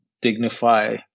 dignify